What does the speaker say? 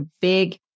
big